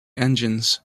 engines